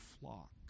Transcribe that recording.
flock